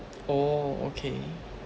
oh okay